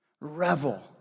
Revel